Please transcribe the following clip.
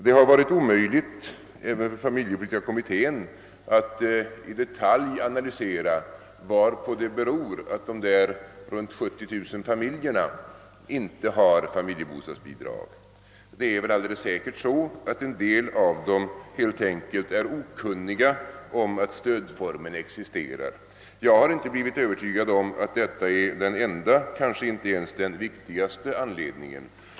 Det har varit omöjligt även för familjepolitiska kommittén att i detalj analysera varpå det beror att dessa omkring 70000 familjer inte har familjebostadsbidrag. Förmodligen är en del av dem helt enkelt okunniga om att stödformen existerar. Jag har inte blivit övertygad om att detta är den enda, kanske inte ens den viktigaste anledningen.